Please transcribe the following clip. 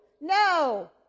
No